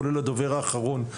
כולל הדובר האחרון,